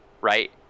right